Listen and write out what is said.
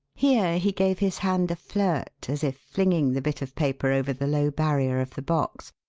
here he gave his hand a flirt as if flinging the bit of paper over the low barrier of the box,